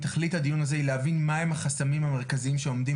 תכלית הדיון הזה היא להבין מהם החסמים המרכזיים העומדים